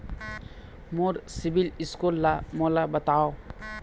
मोर CIBIL score ला मोला बताव?